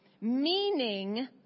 Meaning